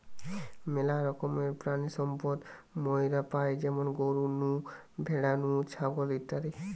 মেলা রকমের প্রাণিসম্পদ মাইরা পাই যেমন গরু নু, ভ্যাড়া নু, ছাগল ইত্যাদি